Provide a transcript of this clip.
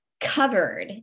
Covered